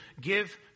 give